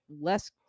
less